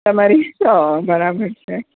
તમાર રિશ્તો બરાબર છે